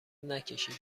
نکشید